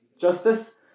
justice